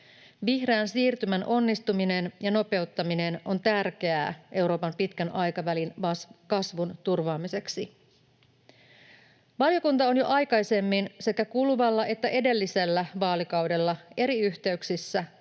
Vihreän siirtymän onnistuminen ja nopeuttaminen ovat tärkeitä Euroopan pitkän aikavälin kasvun turvaamiseksi. Valiokunta on jo aikaisemmin — sekä kuluvalla että edellisellä vaalikaudella — eri yhteyksissä